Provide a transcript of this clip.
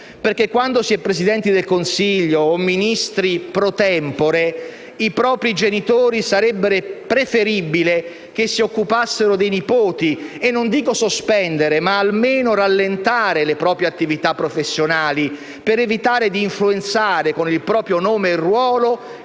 perché quando si è Presidenti del Consiglio o Ministri *pro tempore,* sarebbe preferibile che i propri genitori si occupassero dei nipoti e non dico sospendessero, ma almeno rallentassero le proprie attività professionali, per evitare di influenzare, con il proprio nome e ruolo,